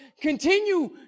Continue